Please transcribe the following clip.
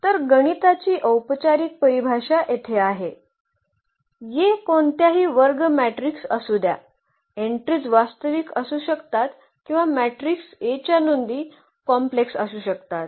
तर गणिताची औपचारिक परिभाषा येथे आहे A कोणत्याही वर्ग मॅट्रिक्स असू द्या एन्ट्रीज वास्तविक असू शकतात किंवा मॅट्रिक्स A च्या नोंदी कॉम्प्लेक्स असू शकतात